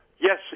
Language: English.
Yes